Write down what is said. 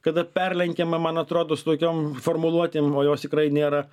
kada perlenkiama man atrodo su tokiom formuluotėm o jos tikrai nėra